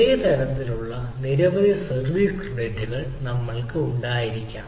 ഒരേ തരത്തിലുള്ള നിരവധി സർവീസ് ക്രെഡിറ്റുകൾ നമ്മൾക്ക് ഉണ്ടായിരിക്കാം